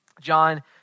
John